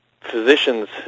physicians